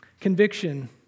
Conviction